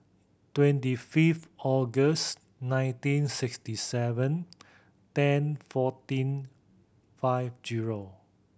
twenty fifth August nineteen sixty seven ten fourteen five zero